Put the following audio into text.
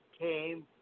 came